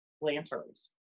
lanterns